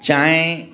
चांहि